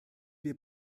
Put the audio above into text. wir